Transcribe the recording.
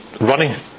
running